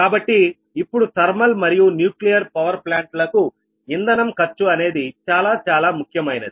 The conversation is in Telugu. కాబట్టి ఇప్పుడు ధర్మల్ మరియు న్యూక్లియర్ పవర్ ప్లాంట్ లకు ఇంధనం ఖర్చు అనేది చాలా చాలా ముఖ్యమైనది